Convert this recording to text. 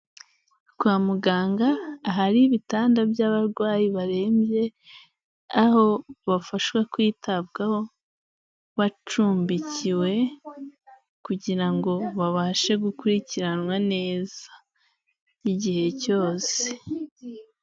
Kwa muganga, ahari ibitanda by'abarwayi barembye, aho bafashwa kwitabwaho bacumbikiwe kugira ngo babashe gukurikiranwa neza, n'igihe cyose.